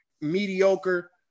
mediocre